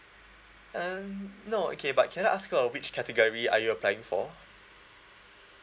um no okay but can I ask you ah which category are you applying for